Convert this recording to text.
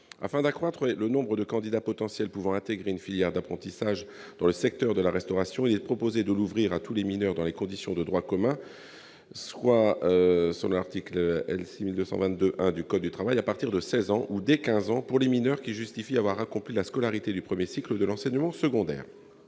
Afin d'accroître le nombre de candidats potentiels à l'intégration d'une filière d'apprentissage dans le secteur de la restauration, il est proposé d'ouvrir cette possibilité à tous les mineurs dans les conditions de droit commun, soit, selon les termes de l'article L. 6222-1 du code du travail, à partir de 16 ans ou dès 15 ans pour les mineurs qui justifient avoir accompli la scolarité du premier cycle de l'enseignement secondaire.